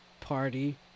party